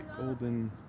Golden